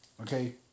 Okay